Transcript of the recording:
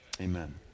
amen